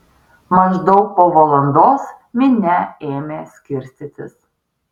maždaug po valandos minia ėmė skirstytis